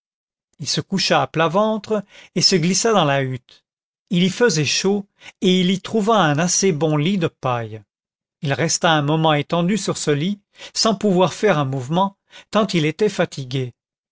il se coucha à plat ventre et se glissa dans la hutte il y faisait chaud et il y trouva un assez bon lit de paille il resta un moment étendu sur ce lit sans pouvoir faire un mouvement tant il était fatigué